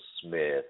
Smith